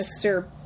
Mr